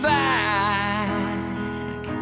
back